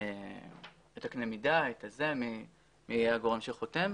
את קנה המידה, מי הגורם שחותם,